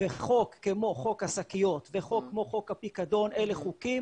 וחוק כמו חוק השקיות וחוק כמו חוק הפיקדון אלו חוקים